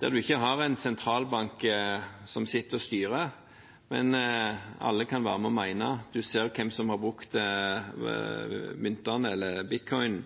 der en ikke har en sentralbank som sitter og styrer, men der alle kan være med og mene. Man ser hvem som har brukt myntene eller bitcoinen